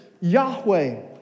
Yahweh